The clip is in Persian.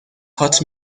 هات